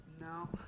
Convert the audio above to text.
no